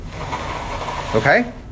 Okay